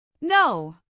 No